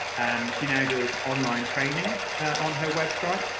and she now does online training on her website.